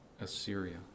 Assyria